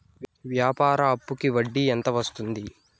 వ్యాపార అప్పుకి వడ్డీ ఎంత వస్తుంది?